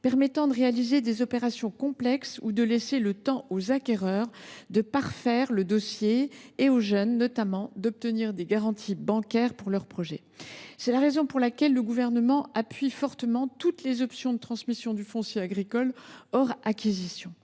propice à la réalisation d’opérations complexes. En outre, cela laisse du temps aux acquéreurs pour parfaire leur dossier et permet aux jeunes agriculteurs d’obtenir des garanties bancaires pour leur projet. C’est la raison pour laquelle le Gouvernement appuie fortement toutes les options de transmission du foncier agricole hors acquisition.